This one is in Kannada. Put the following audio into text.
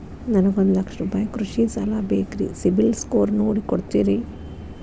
ನನಗೊಂದ ಲಕ್ಷ ರೂಪಾಯಿ ಕೃಷಿ ಸಾಲ ಬೇಕ್ರಿ ಸಿಬಿಲ್ ಸ್ಕೋರ್ ನೋಡಿ ಕೊಡ್ತೇರಿ?